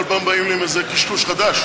כל פעם באים לי עם איזה קשקוש חדש?